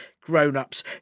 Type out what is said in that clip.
grown-ups